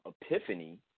epiphany